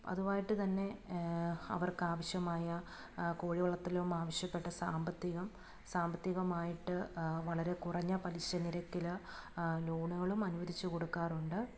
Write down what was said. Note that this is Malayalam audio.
അതുവായിട്ട് തന്നെ അവർക്കാവശ്യമായ കോഴിവളർത്തലും ആവശ്യപ്പെട്ട സാമ്പത്തികം സാമ്പത്തികമായിട്ട് വളരെ കുറഞ്ഞ പലിശ നിരക്കിൽ ലോണുകളും അനുവദിച്ച് കൊടുക്കാറുണ്ട്